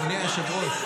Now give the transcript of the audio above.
מה קורה, טלי?